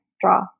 draw